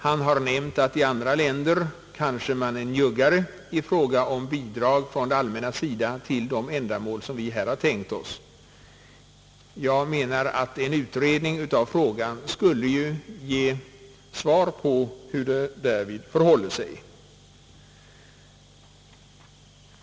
Han har nämnt att man i andra länder kanske är njuggare när det gäller bidrag från det allmänna till de ändamål som vi här tänkt oss. En utredning av problemet skulle visa hur det därmed förhåller sig.